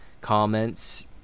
comments